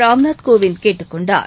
ராம்நாத் கோவிந்த் கேட்டுக் கொண்டார்